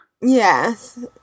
Yes